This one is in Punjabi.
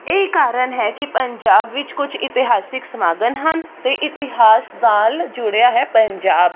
ਇਹ ਹੀ ਕਾਰਨ ਹੈ ਕਿ ਪੰਜਾਬ ਵਿੱਚ ਕੁਛ ਇਤਿਹਾਸਿਕ ਸਮਾਗਮ ਹਨ ਅਤੇ ਇਤਿਹਾਸ ਨਾਲ ਜੁੜਿਆ ਹੈ ਪੰਜਾਬ